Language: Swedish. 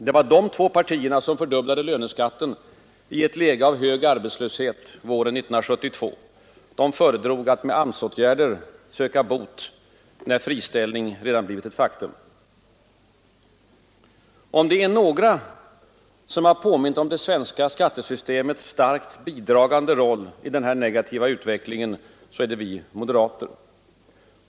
Det var de två partierna som fördubblade löneskatten i ett läge av hög arbetslöshet våren 1972. De föredrog att med AMS-åtgärder söka bot, när friställning redan blivit ett faktum, Om det är några som har påmint om det svenska skattesystemets starkt bidragande roll i den här negativa utvecklingen, så är det vi moderater.